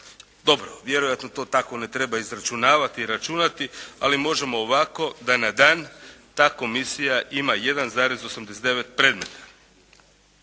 Dobro, vjerojatno to tako ne treba izračunavati i računati, ali možemo ovako da na dan ta komisija ima 1,89 predmeta.